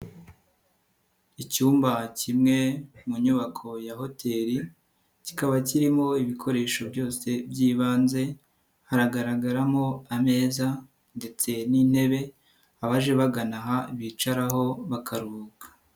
Icyumba kimwe mu nyubako ya hoteli, kikaba kirimo ibikoresho byose by'ibanze, haragaragaramo ameza ndetse n'intebe, abaje bagana aha bicaraho bakaruhuka.